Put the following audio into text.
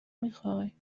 میخوای